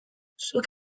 zuk